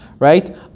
right